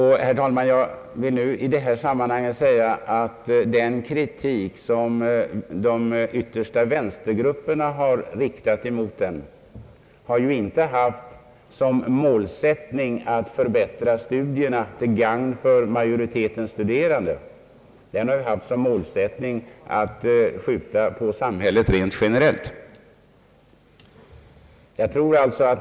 Herr talman, jag vill i detta sammanhang säga att den kritik som de yttersta vänstergrupperna riktat mot förslaget inte haft till mål att förbättra studierna till gagn för majoriteten studerande. Den kritiken har som målsättning haft att rent generellt skjuta på samhället.